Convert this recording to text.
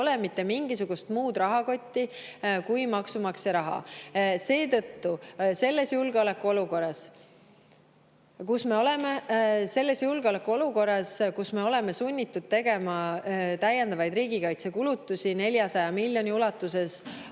ole mitte mingisugust muud raha kui maksumaksja raha. Me oleme julgeolekuolukorras, kus me oleme sunnitud tegema täiendavaid riigikaitsekulutusi 400 miljoni ulatuses